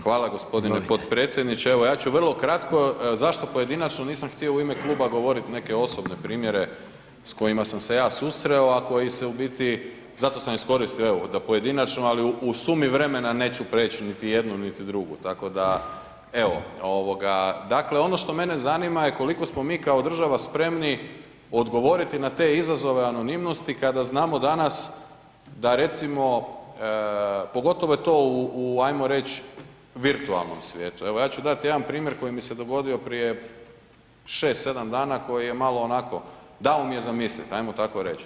Hvala g. potpredsjedniče, evo ja ću vrlo kratko, zašto pojedinačno nisam htio u ime kluba govorit neke osobne primjere s kojima sam se ja susreo, a koji se u biti, zato sam iskoristio evo da pojedinačno, ali u sumi vremena neću preć niti jednu niti drugu tako da evo, ovoga dakle ono što mene zanima koliko smo mi kao država spremni odgovoriti na te izazove anonimnosti kada znamo danas da recimo pogotovo je to u ajmo reć virtualnom svijetu, evo ja će dat jedan primjer koji mi se dogodio prije 6-7 dana koji je malo onako, dao mi je za mislit ajmo tako reć.